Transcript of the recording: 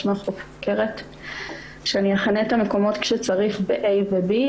מהחוקרת שאני אכנה את המקומות כשצריך ב-A ו-B,